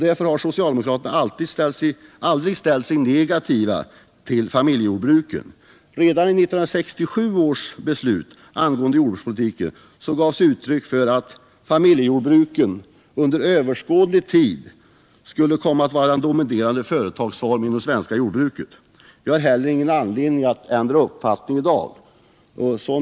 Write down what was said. Därför har socialdemokraterna aldrig ställt sig negativa till familjejordbruket. Redan i 1967 års beslut angående jordbrukspolitiken gavs uttryck för att familjejordbruket under överskådlig tid skulle vara den dominerande företagsformen inom det svenska jordbruket. Vi har heller ingen anledning att ändra uppfattning i dag.